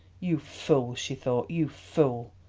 you fool, she thought, you fool!